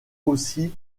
aussi